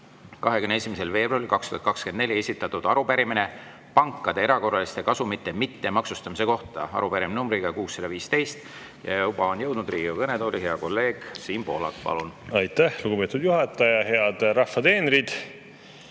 21. veebruaril 2024 esitatud arupärimine pankade erakorraliste kasumite mittemaksustamise kohta. Arupärimine numbriga 615. Ja juba on jõudnud Riigikogu kõnetooli hea kolleeg Siim Pohlak. Palun! Aitäh, lugupeetud juhataja! Head rahva teenrid!